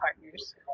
partners